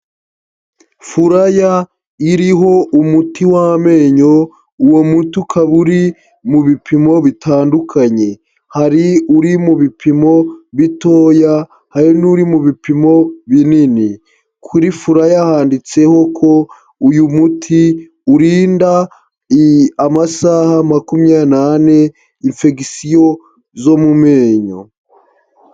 Furaya iriho umuti w'amenyo, uwo muti ukaba uri mu bipimo bitandukanye. Hari uri mu bipimo bitoya, hari n'uri mu bipimo binini. Kuri furaya handitseho ko uyu muti urinda amasaha makumyabiri n'ane infegisiyo zo mu menyo.